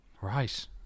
right